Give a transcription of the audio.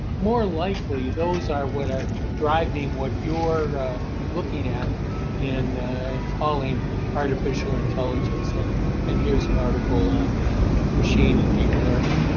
more likely those are what are driving, what you're looking at in and calling artificial and intelligence. and and, here's an article on machine and deep learning.